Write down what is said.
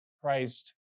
Christ